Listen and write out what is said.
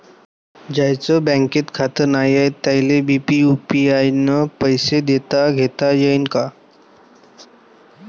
ज्याईचं बँकेत खातं नाय त्याईले बी यू.पी.आय न पैसे देताघेता येईन काय?